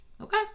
okay